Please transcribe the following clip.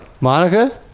Monica